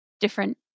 different